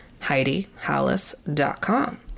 HeidiHollis.com